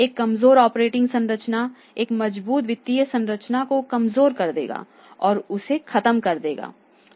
एक कमजोर ऑपरेटिंग संरचना एक मजबूत वित्तीय संरचना को कमजोर कर देगा और उसे खत्म कर देगा